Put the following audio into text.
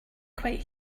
quite